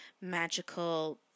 magical